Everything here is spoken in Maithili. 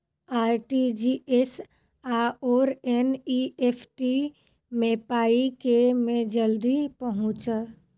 आर.टी.जी.एस आओर एन.ई.एफ.टी मे पाई केँ मे जल्दी पहुँचत?